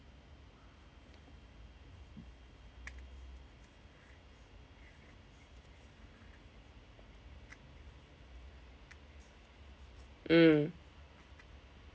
mm